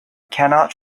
cannot